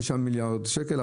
5 מיליארד שקל,